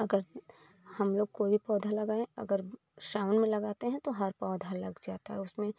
अगर हम लोग कोई भी पौधा लगाएँ अगर सावन लगाते हैं तो हर पौधा लग जाता है उसमें